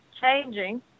changing